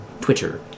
Twitter